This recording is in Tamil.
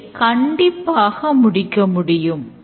இதை கண்டிப்பாக முடிக்க முடியும்